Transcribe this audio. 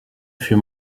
fut